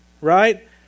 right